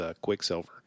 Quicksilver